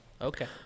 Okay